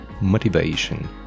Motivation